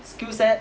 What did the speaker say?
skill set